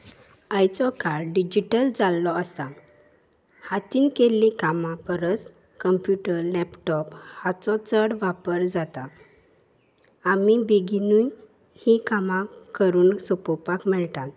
आयचो काळ डिजीटल जाल्लो आसा हातान केल्ली कामां परस कंप्युटर लॅपटॉप हाचो चड वापर जाता आमी बेगिनूय हीं कामां करून सोंपोवपाक मेळटात